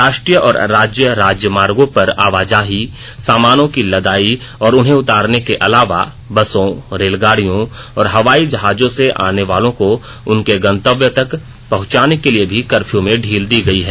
राष्ट्रीय और राज्य राजमार्गों पर आवाजाही सामानों की लदाई और उन्हें उतारने के अलावा बसों रेलगाड़ियों और हवाई जहाजों से आने वालों को उनके गंतव्य तक पहुंचाने के लिए भी कर्फ्यू में ढील दी गई है